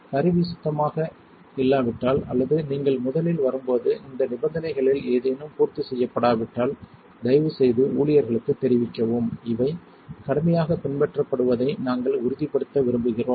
கருவி சுத்தமாக இல்லாவிட்டால் அல்லது நீங்கள் முதலில் வரும்போது இந்த நிபந்தனைகளில் ஏதேனும் பூர்த்தி செய்யப்படாவிட்டால் தயவுசெய்து ஊழியர்களுக்குத் தெரிவிக்கவும் இவை கடுமையாகப் பின்பற்றப்படுவதை நாங்கள் உறுதிப்படுத்த விரும்புகிறோம்